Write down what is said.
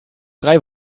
drei